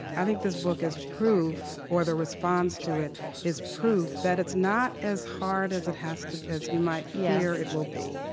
i think this book is proof or the response to it is proof that it's not as hard as it has to as you might fear it will be,